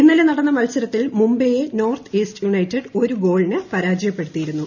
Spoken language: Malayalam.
ഇന്നലെ നടന്ന മത്സരത്തിൽ മുംബൈയെ നോർത്ത് ഇൌസ്റ്റ് യുണൈറ്റഡ് ഒരു ഗോളിന് പരാജയപ്പെടുത്തിയിരുന്നു